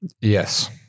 Yes